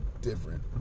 different